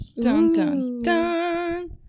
Dun-dun-dun